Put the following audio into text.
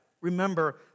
Remember